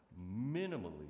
Minimally